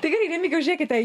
tai gerai remigijau žiūrėkite